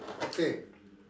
okay